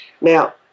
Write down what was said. Now